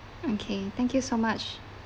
okay thank you so much